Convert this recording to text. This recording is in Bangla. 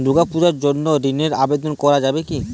দুর্গাপূজার জন্য ঋণের আবেদন করা যাবে কি?